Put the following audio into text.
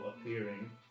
appearing